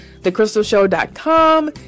thecrystalshow.com